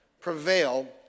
prevail